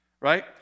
right